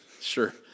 sure